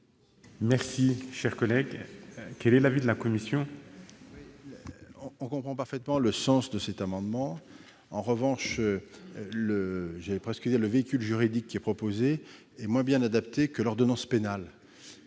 à 600 euros. Quel est l'avis de la commission ? On comprend parfaitement le sens de cet amendement. En revanche, le véhicule juridique qui est proposé est moins bien adapté que l'ordonnance pénale.